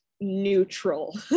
neutral